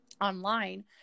online